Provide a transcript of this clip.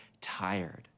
tired